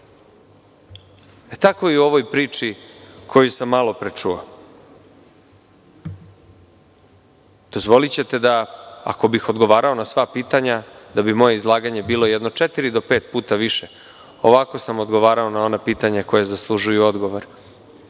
Tako i u ovoj priči koju sam malopre čuo. Dozvolićete da ako bih odgovarao na sva pitanja da bi moje izlaganje bilo jedno četiri do pet puta više. Ovako sam odgovarao na ona pitanja koja zaslužuju odgovor.